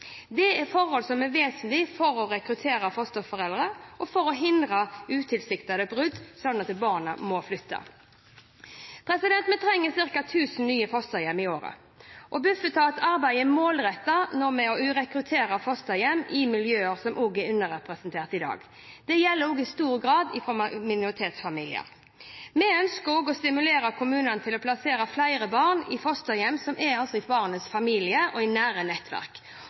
Dette er forhold som er vesentlige for å rekruttere fosterforeldre og for å hindre utilsiktede brudd, slik at barnet må flytte. Vi trenger ca. 1 000 nye fosterhjem i året, og Bufetat arbeider målrettet med å rekruttere fosterhjem i miljøer som er underrepresentert i dag. Dette gjelder i stor grad i minoritetsfamilier. Vi ønsker også å stimulere kommunene til å plassere flere barn i fosterhjem som er i barnets familie og i nære nettverk,